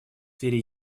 сфере